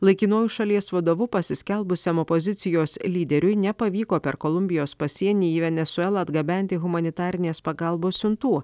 laikinuoju šalies vadovu pasiskelbusiam opozicijos lyderiui nepavyko per kolumbijos pasienį į venesuelą atgabenti humanitarinės pagalbos siuntų